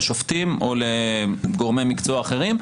לשופטים או לגורמי מקצוע אחרים,